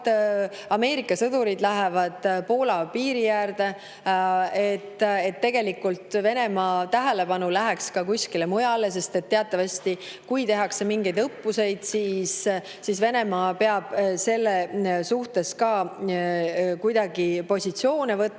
Ameerika sõdurid lähevad Poola piiri äärde, et Venemaa tähelepanu läheks kuskile mujale. Teatavasti, kui tehakse mingeid õppuseid, siis Venemaa peab selle suhtes ka kuidagi positsiooni võtma